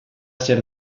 zer